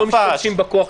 שצריך שיהיו לפחות שלושה.